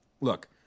look